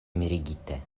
mirigite